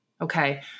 Okay